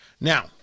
Now